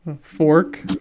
Fork